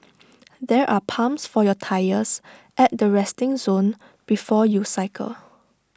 there are pumps for your tyres at the resting zone before you cycle